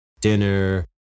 dinner